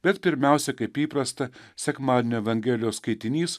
bet pirmiausia kaip įprasta sekmadienio evangelijos skaitinys